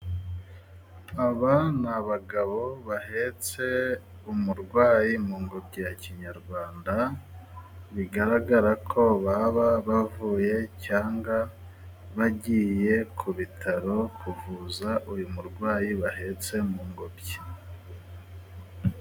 Aba ni abagabo bahetse umurwayi mu ngobyi ya kinyarwanda, bigaragara ko baba bavuye cyangwa bagiye ku bitaro kuvuza uyu murwayi bahetse mu ngobyi.